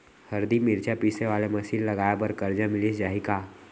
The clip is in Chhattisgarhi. हरदी, मिरचा पीसे वाले मशीन लगाए बर करजा मिलिस जाही का?